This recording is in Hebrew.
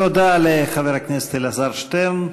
תודה לחבר הכנסת אלעזר שטרן.